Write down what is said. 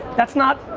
that's not,